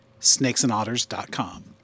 snakesandotters.com